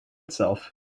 itself